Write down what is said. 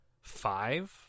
five